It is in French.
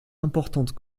importante